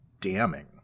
damning